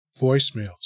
voicemails